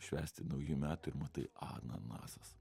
švęsti naujų metų ir matai ananasas